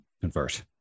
convert